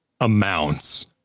amounts